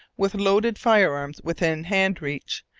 with loaded firearms within hand-reach,